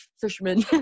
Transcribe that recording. fisherman